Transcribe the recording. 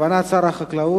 כוונת שר החקלאות